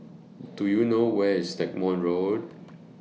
Do YOU know Where IS Stagmont Road